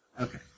Okay